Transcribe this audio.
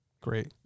Great